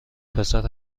پسر